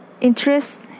interest